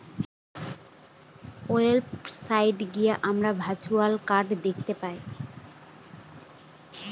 website গিয়ে আমরা virtual card দেখতে পাই